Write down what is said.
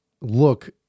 look